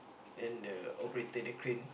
then the operator the crane